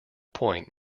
point